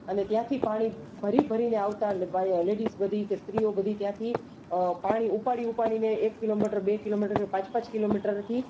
અને ત્યાંથી પાણી ભરી ભરીને આવતા લેડીઝ બધી કે સ્ત્રીઓ બધી ત્યાંથી પાણી ઉપાડી ઉપાડીને એક કિલોમીટર બે કિલોમીટર પાંચ પાંચ કિલોમીટરથી